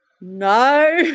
no